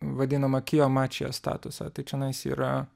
vadinamą kijo mačijo statusą tai čionais yra